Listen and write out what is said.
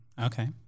Okay